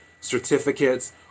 certificates